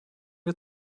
mir